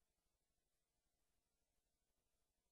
רואה את הדברים האלה מסביב,